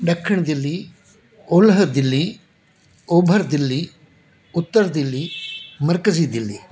ॾखिण दिल्ली ओलह दिल्ली ओभर दिल्ली उत्तर दिल्ली मर्कजी दिल्ली